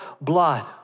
blood